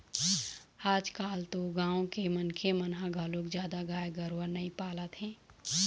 आजकाल तो गाँव के मनखे मन ह घलोक जादा गाय गरूवा नइ पालत हे